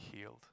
healed